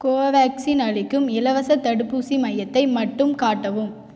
கோவேக்சின் அளிக்கும் இலவசத் தடுப்பூசி மையத்தை மட்டும் காட்டவும்